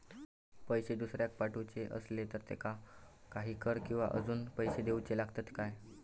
पैशे दुसऱ्याक पाठवूचे आसले तर त्याका काही कर किवा अजून पैशे देऊचे लागतत काय?